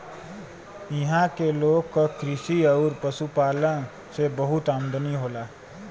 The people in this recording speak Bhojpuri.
इहां के लोग क कृषि आउर पशुपालन से बहुत आमदनी होला